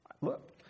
Look